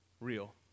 real